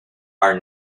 are